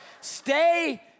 Stay